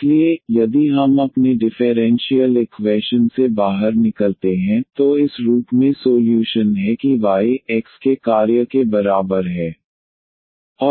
इसलिए यदि हम अपने डिफेरेंशीयल इक्वैशन से बाहर निकलते हैं तो इस रूप में सोल्यूशन है कि y x के कार्य के बराबर है